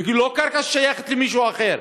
היא לא קרקע ששייכת למישהו אחר,